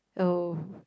oh